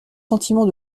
sentiment